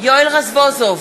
יואל רזבוזוב,